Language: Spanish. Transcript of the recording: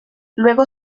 luego